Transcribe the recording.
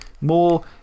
More